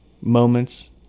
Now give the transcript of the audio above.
moments